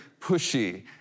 pushy